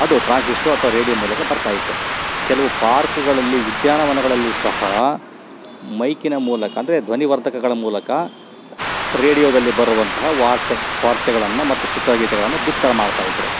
ಅದು ಟ್ರಾನ್ಸಿಸ್ಟೋ ಅಥ್ವ ರೇಡಿಯೋ ಮೂಲಕ ಬರ್ತಾಯಿತ್ತು ಕೆಲವು ಪಾರ್ಕುಗಳಲ್ಲಿ ಉದ್ಯಾನವನಗಳಲ್ಲಿ ಸಹ ಮೈಕಿನ ಮೂಲಕ ಅಂದರೆ ಧ್ವನಿವರ್ಧಕಗಳ ಮೂಲಕ ರೇಡಿಯೋದಲ್ಲಿ ಬರೋವಂಥ ವಾರ್ತೆ ವಾರ್ತೆಗಳನ್ನು ಮತ್ತು ಚಿತ್ರಗೀತೆಗಳನ್ನು ಬಿತ್ತರ ಮಾಡ್ತಾಯಿದ್ರು